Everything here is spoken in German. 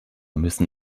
müssen